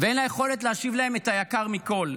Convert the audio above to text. ואין לה יכולת להשיב להם את היקר מכול,